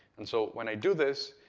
and so when i do this,